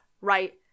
right